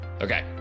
Okay